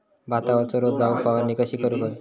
भातावरचो रोग जाऊक फवारणी कशी करूक हवी?